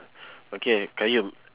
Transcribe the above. okay qayyum